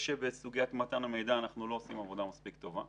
בסוגיית מתן המידע אנחנו לא עושים עבודה מספיק טובה.